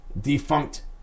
defunct